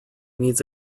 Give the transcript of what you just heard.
needs